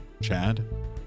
Chad